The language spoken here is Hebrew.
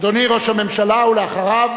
אדוני ראש הממשלה, ואחריו,